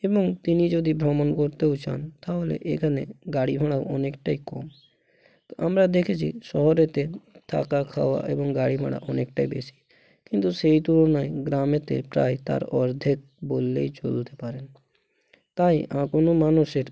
এবং তিনি যদি ভ্রমণ করতেও চান তাহলে এখানে গাড়ি ভাড়া অনেকটাই কম তো আমরা দেখেছি শহরেতে থাকা খাওয়া এবং গাড়ি ভাড়া অনেকটা বেশি কিন্তু সেই তুলনায় গ্রামেতে প্রায় তার অর্ধেক বললেই চলতে পারেন তাই কোনো মানুষের